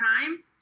time